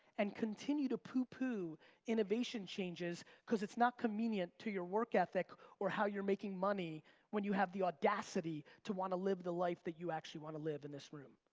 and continue to poo-poo innovation changes cause it's not convenient to your work ethic or how you're making money when you have the audacity to wanna live the life that you actually wanna live in this room.